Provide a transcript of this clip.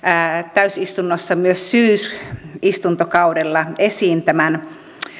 täysistunnossa myös syysistuntokaudella esiin tämän